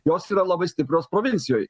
jos yra labai stiprios provincijoj